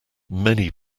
many